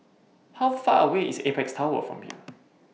How Far away IS Apex Tower from here